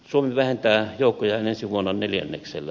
suomi vähentää joukkojaan ensi vuonna neljänneksellä